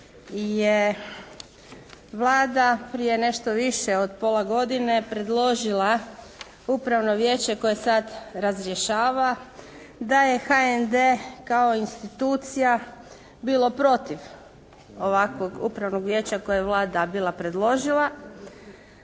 je Vlada prije nešto više od pola godine predložila Upravno vijeće koje sada razrješava, da je HND kao institucija bilo protiv ovakvog Upravnog vijeća kojeg je Vlada bila predložila